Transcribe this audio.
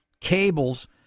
cables